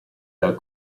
dal